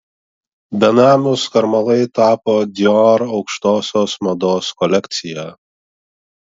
benamių skarmalai tapo dior aukštosios mados kolekcija